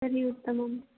तर्हि उत्तमम्